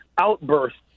outbursts